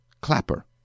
Clapper